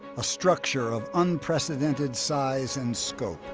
a structure of unprecedented size and scope.